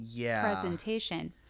presentation